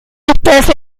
especie